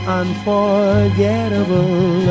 unforgettable